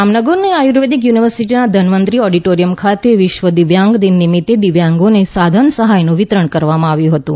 જામનગરની આર્યુવેદ યુનિવર્સિટીના ધન્વંતરિ ઓડિટોરીયમ ખાતે વિશ્વ દિવ્યાંગ દિન નિમિત્તે દિવ્યાંગોને સાધન સહાયનું વિતરણ કરવામાં આવ્યું હતું